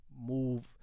move